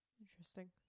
Interesting